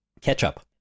Ketchup